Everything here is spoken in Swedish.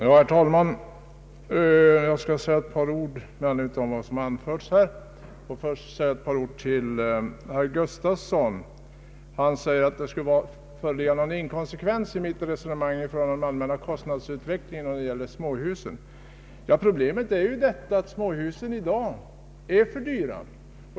Herr talman! Bara ett par ord! Herr Gustafsson säger att det skulle vara en inkonsekvens i mitt resonemang om den allmänna kostnadsutvecklingen när det gäller småhusen. Problemet är ju att småhusen i dag är för dyra.